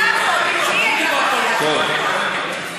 הייתי עושה זאת אילו היא הייתה,